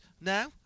now